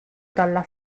dalla